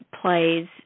plays